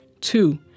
Two